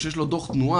כשיש לו דו תנועה,